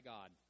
God